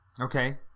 Okay